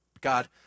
God